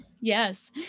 Yes